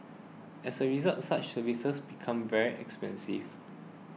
as a result such services become very expensive